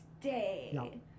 day